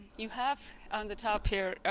you have on the top here